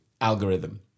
algorithm